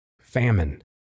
Famine